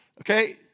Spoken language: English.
Okay